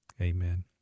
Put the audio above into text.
Amen